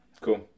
Cool